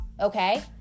okay